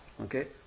Okay